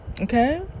Okay